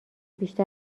بیشتر